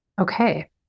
Okay